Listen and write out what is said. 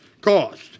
cost